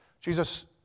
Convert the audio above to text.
Jesus